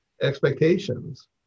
expectations